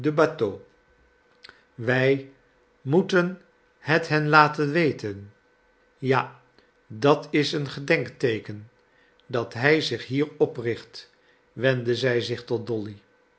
bateau wij moeten het hen laten weten ja dat is een gedenkteeken dat hij zich hier opricht wendde zij zich tot dolly